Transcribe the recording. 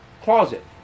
closet